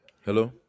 Hello